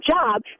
job